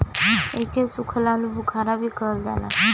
एके सुखल आलूबुखारा भी कहल जाला